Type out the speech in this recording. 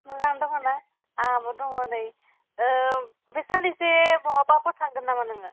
मोजां दङ ना आंहाबो दङ नै ओ बे सान्नैसो बहाबाफोर थांगोन नामा नोङो